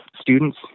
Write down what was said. students